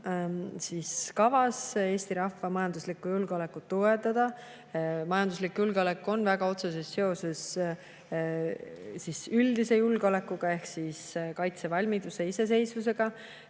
on kavas Eesti rahva majanduslikku julgeolekut tugevdada. Majanduslik julgeolek on väga otseses seoses üldise julgeolekuga ehk siis kaitsevalmiduse iseseisvusega.